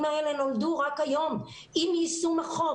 האלה נולדו רק היום עם יישום החוק.